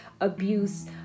abuse